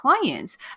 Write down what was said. clients